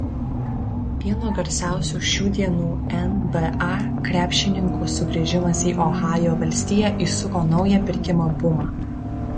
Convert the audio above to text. vieno garsiausių šių dienų nba krepšininkų sugrįžimas į ohajo valstiją įsuko naują pirkimo bumą